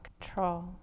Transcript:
control